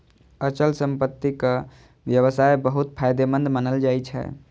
अचल संपत्तिक व्यवसाय बहुत फायदेमंद मानल जाइ छै